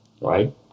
right